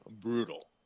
brutal